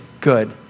good